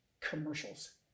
commercials